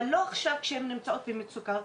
אבל לא עכשיו כשהן נמצאות במצוקה.